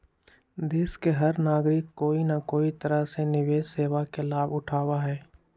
देश के हर नागरिक कोई न कोई तरह से निवेश सेवा के लाभ उठावा हई